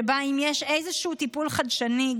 שבה אם יש איזשהו טיפול חדשני,